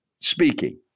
speaking